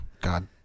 god